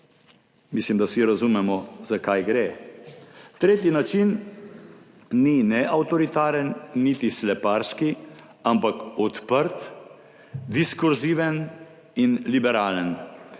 Mislim, da vsi razumemo, za kaj gre. »Tretji način ni ne avtoritaren niti sleparski, ampak odprt, diskurziven in liberalen.